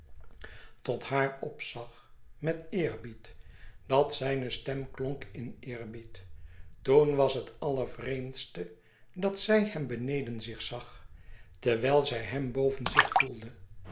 tot haar opzag met eerbied dat zijne stem klonk in eerbied toen was het allervreemdste dat zij hem beneden zich zag terwijl zij hem boven zich voelde